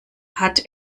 hat